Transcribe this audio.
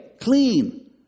clean